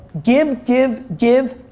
give, give, give,